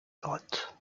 grottes